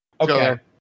Okay